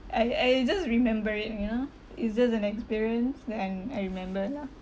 I I I just remember it you know it's just an experience that and I remember lah